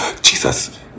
Jesus